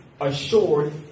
assured